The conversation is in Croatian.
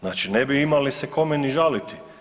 Znači ne bi imali se kome ni žaliti.